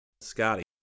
Scotty